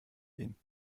gehen